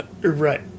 Right